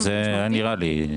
כן, זה היה נראה לי.